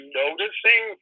noticing